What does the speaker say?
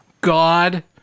God